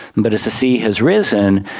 and but as the sea has risen,